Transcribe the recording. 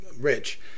rich